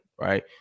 right